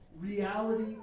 reality